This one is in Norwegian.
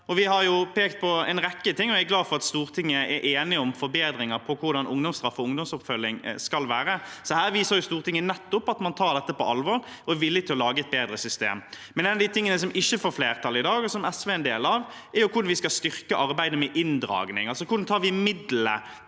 Vi har pekt på en rekke ting, og jeg er glad for at man i Stortinget er enig om forbedringer på hvordan ungdomsstraff og ungdomsoppfølging skal være. Her viser Stortinget at man tar dette på alvor og er villig til å lage et bedre system. En av de tingene som imidlertid ikke får flertall i dag, og som er et forslag SV er med på, er hvordan vi skal styrke arbeidet med inndragning – hvordan vi tar midlene